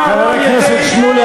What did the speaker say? חבר הכנסת שמולי,